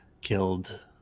killed